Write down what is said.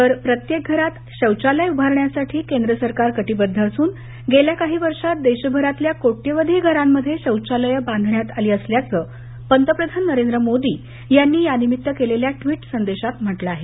तर प्रत्येक घरात शौचालय उभारण्यासाठी केंद्र सरकार कटिबद्ध असून गेल्या काही वर्षात देशभरातल्या कोट्यवधी घरांमध्ये शौचालयं बांधण्यात आली असल्याचं पंतप्रधान नरेंद्र मोदी यांनी यानिमित्त केलेल्या ट्वीट संदेशात म्हटलं आहे